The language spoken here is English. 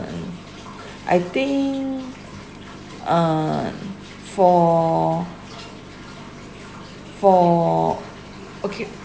um I think uh for for okay